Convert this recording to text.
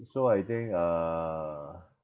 so I think uh